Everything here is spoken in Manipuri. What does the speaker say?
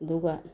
ꯑꯗꯨꯒ